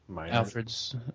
Alfred's